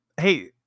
Hey